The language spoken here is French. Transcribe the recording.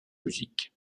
musique